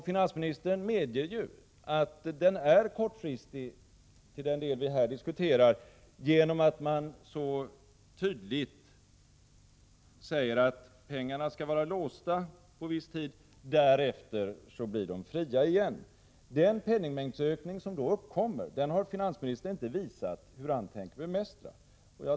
Finansministern medger ju att den är kortfristig till den del vi här diskuterar, genom att han så tydligt säger att pengarna skall vara låsta en viss tid och att de därefter blir fria igen. Den penningmängdsökning som då uppkommer har finansministern inte visat hur han tänker bemästra.